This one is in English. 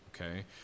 okay